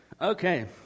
Okay